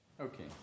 Okay